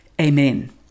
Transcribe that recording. Amen